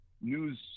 news